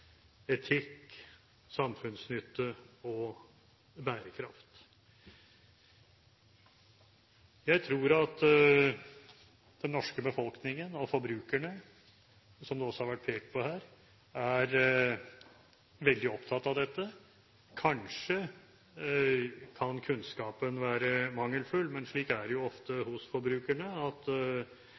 etikk, samfunnsnytte og bærekraft. Jeg tror at den norske befolkningen og forbrukerne, som det også har vært pekt på her, er veldig opptatt av dette. Kanskje kan kunnskapen være mangelfull, men slik er det jo ofte hos forbrukerne, at